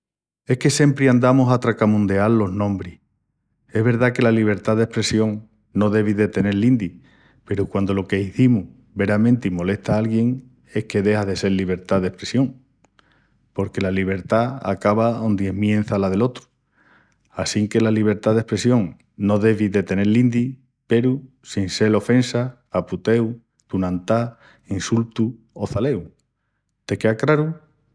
Es que siempri estamus a tracamundeal os nombris. Es verdá que la libertá d'espressión no devi de tenel lindi peru quandu lo qu'izimus veramenti molesta a alguién es que dexa de sel libertá d'espressión, porque la libertá acaba ondi esmiença la del otru. Assinque la libertá d'espressión no devi de tenel lindi peru en sin sel ofensa, aputeu, tunantá, insultu o çaleu. Te quea craru?